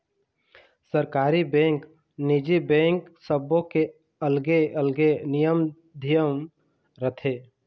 सरकारी बेंक, निजी बेंक सबो के अलगे अलगे नियम धियम रथे